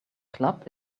club